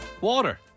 Water